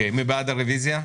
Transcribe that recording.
מי בעד הרביזיה?